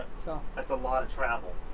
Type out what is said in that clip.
so that's a lot of travel.